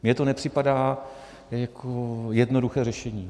Mně to nepřipadá jako jednoduché řešení.